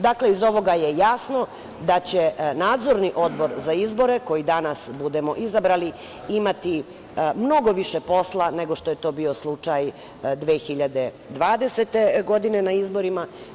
Dakle, iz ovoga je jasno da će Nadzorni odbor za izbor koji danas budemo izabrali imati mnogo više posla nego što je to bio slučaj 2020. godine na izborima.